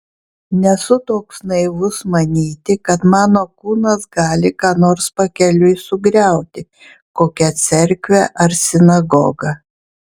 nesu toks naivus manyti kad mano kūnas gali ką nors pakeliui sugriauti kokią cerkvę ar sinagogą